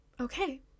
Okay